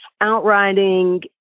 outriding